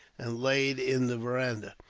and laid in the veranda.